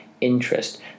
interest